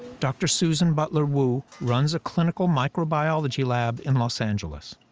dr. susan butler-wu runs a clinical microbiology lab in los angeles.